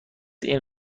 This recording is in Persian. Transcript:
این